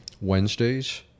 Wednesdays